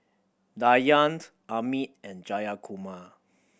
Dhyan Amit and Jayakumar